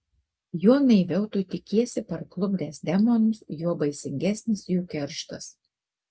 juo naiviau tu tikiesi parklupdęs demonus juo baisingesnis jų kerštas